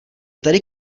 tady